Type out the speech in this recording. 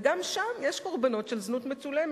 וגם שם יש קורבנות של זנות מצולמת,